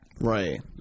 Right